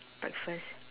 breakfast